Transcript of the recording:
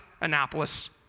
Annapolis